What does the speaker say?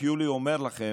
יולי, אני רק אומר לכם: